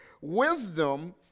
Wisdom